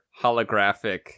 holographic